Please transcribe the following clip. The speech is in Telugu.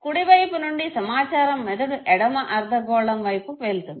కుడి వైపు నుండి సమాచారం మెదడు ఎడమ అర్ధగోళం వైపు వెళ్తుంది